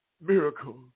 Miracle